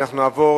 הודעה